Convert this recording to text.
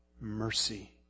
mercy